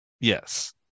Yes